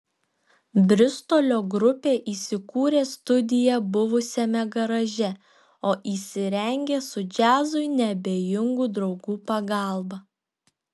bristolio grupė įsikūrė studiją buvusiame garaže o įsirengė su džiazui neabejingų draugų pagalba